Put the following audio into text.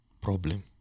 Problem